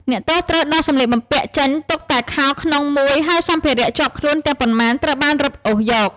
អ្នកទោសត្រូវដោះសម្លៀកបំពាក់ចេញទុកតែខោក្នុងមួយ ហើយសម្ភារៈជាប់ខ្លួន ទាំងប៉ុន្មានត្រូវបានរឹបអូសយក។